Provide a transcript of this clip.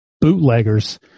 bootleggers